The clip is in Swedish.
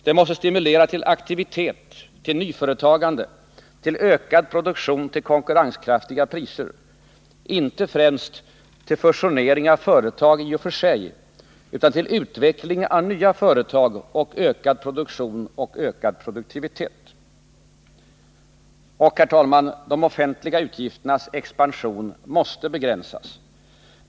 Det måste stimulera till aktivitet, nyföretagande och ökad produktion till konkurrenskraftiga priser — inte främst till fusionering av företag i och för sig utan till utveckling av nya företag, ökad produktion och höjd produktivitet. Herr talman! De offentliga utgifternas expansion måste begränsas.